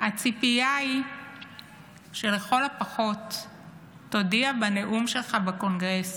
הציפייה היא שלכל הפחות תודיע בנאום שלך בקונגרס,